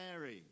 Mary